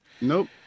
nope